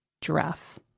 giraffe